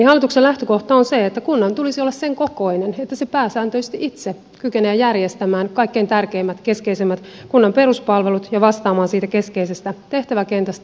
hallituksen lähtökohta on se että kunnan tulisi olla sen kokoinen että se pääsääntöisesti itse kykenee järjestämään kaikkein tärkeimmät keskeisimmät kunnan peruspalvelut ja vastaamaan siitä keskeisestä tehtäväkentästä